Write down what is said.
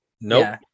nope